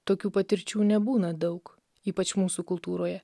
tokių patirčių nebūna daug ypač mūsų kultūroje